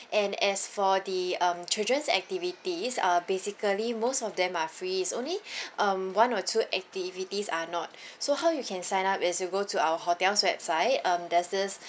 and as for the um children's activities uh basically most of them are free it's only um one or two activities are not so how you can sign up is you go to our hotel's website um there's this